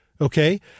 Okay